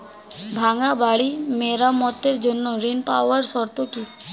ভাঙ্গা বাড়ি মেরামতের জন্য ঋণ পাওয়ার শর্ত কি?